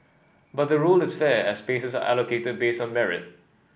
but the rule is fair as spaces are allocated based on merit